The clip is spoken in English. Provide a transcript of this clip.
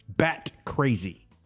Bat-crazy